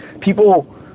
People